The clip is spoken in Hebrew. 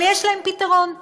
אבל יש להם פתרון.